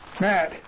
Matt